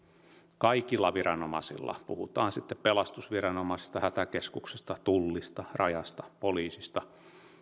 kaikilla viranomaisilla puhutaan sitten pelastusviranomaisista hätäkeskuksesta tullista rajasta poliisista sellaiset